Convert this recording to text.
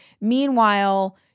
Meanwhile